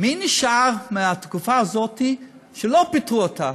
מי נשאר מהתקופה הזאת שלא פיטרו אותו?